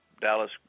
Dallas